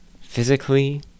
physically